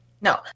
no